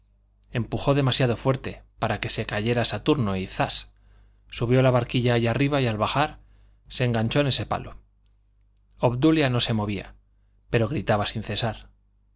empujó demasiado fuerte para que se cayera saturno y zas subió la barquilla allá arriba y al bajar se enganchó en ese palo obdulia no se movía pero gritaba sin cesar